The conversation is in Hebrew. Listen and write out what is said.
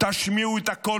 תשמיעו את הקול